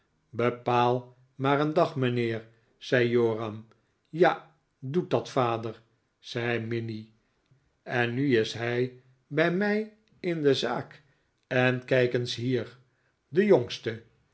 bepaal maar een dag mijnheer zei joram ja doe dat vader zei minnie en nu is hij bij mij in de zaak en kijk eens hier de jongste